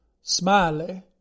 Smiley